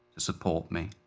support me.